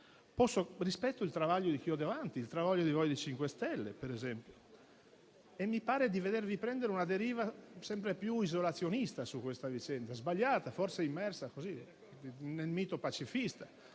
cose e rispetto il travaglio di chi ho davanti, il travaglio del MoVimento 5 Stelle ad esempio, che mi pare di veder prendere una deriva sempre più isolazionista e sbagliata su questa vicenda, forse immersa nel mito pacifista.